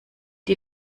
die